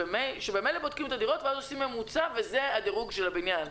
ממילא בודקים את הדירות ואז עושים ממוצע וזה הדירוג של הבניין.